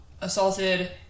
assaulted